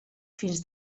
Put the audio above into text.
fins